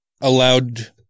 allowed